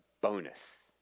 bonus